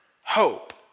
hope